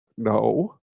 No